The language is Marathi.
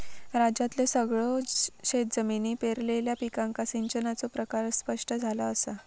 राज्यातल्यो सगळयो शेतजमिनी पेरलेल्या पिकांका सिंचनाचो प्रकार स्पष्ट झाला असा